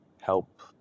help